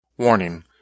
Warning